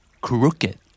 Crooked